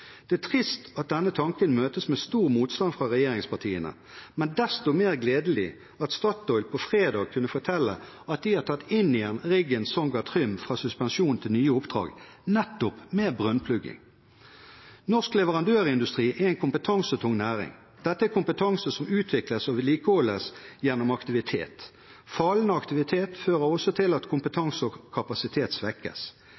Det er trist at denne tanken møtes med stor motstand fra regjeringspartiene, men desto mer gledelig at Statoil på fredag kunne fortelle at de har tatt inn igjen riggen Songa Trym fra suspensjon til nye oppdrag med nettopp brønnplugging. Norsk leverandørindustri er en kompetansetung næring. Dette er kompetanse som utvikles og vedlikeholdes gjennom aktivitet. Fallende aktivitet fører også til at